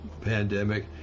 pandemic